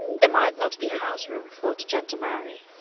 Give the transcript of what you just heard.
there might not be house-room for the gentle mary.